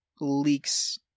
leaks